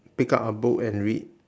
pick up a book and read